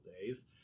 days